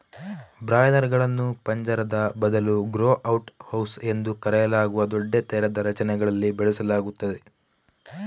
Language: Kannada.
ಬ್ರಾಯ್ಲರುಗಳನ್ನು ಪಂಜರದ ಬದಲು ಗ್ರೋ ಔಟ್ ಹೌಸ್ ಎಂದು ಕರೆಯಲಾಗುವ ದೊಡ್ಡ ತೆರೆದ ರಚನೆಗಳಲ್ಲಿ ಬೆಳೆಸಲಾಗುತ್ತದೆ